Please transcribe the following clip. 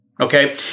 Okay